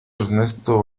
ernesto